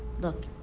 look,